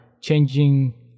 changing